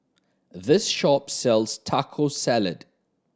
this shop sells Taco Salad